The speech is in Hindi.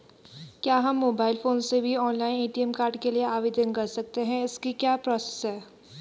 क्या हम मोबाइल फोन से भी ऑनलाइन ए.टी.एम कार्ड के लिए आवेदन कर सकते हैं इसकी क्या प्रोसेस है?